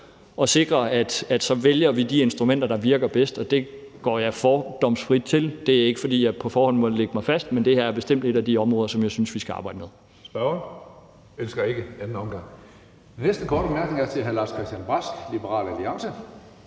at sikre, at vi så vælger de instrumenter, der virker bedst, og det går jeg fordomsfrit til. Det er ikke, fordi jeg på forhånd må lægge mig fast, men det her er bestemt et af de områder, som jeg synes vi skal arbejde med.